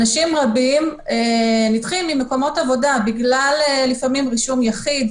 אנשים רבים נדחים ממקומות עבודה בגלל רישום יחיד,